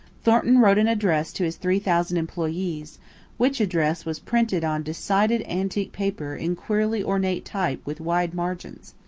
thornton wrote an address to his three thousand employees which address was printed on decided antique paper in queerly ornate type with wide margins.